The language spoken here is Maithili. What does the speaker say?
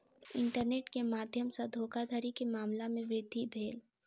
इंटरनेट के माध्यम सॅ धोखाधड़ी के मामला में वृद्धि भेल